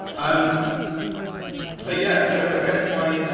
um so yeah, so i guess my